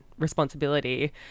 Responsibility